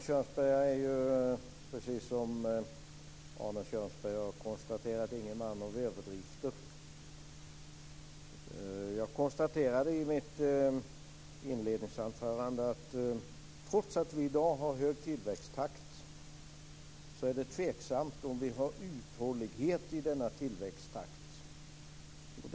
Fru talman! Precis som Arne Kjörnsberg konstaterade är jag ingen man av överdrifter. Jag sade i mitt inledningsanförande att trots att vi i dag har hög tillväxttakt är det tveksamt om det finns uthållighet i denna tillväxttakt.